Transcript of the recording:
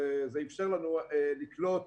זה איפשר לנו לקלוט